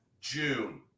June